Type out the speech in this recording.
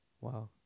Wow